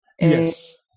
Yes